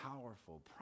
powerful